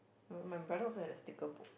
uh my brother also had a sticker book